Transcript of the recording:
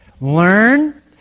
learn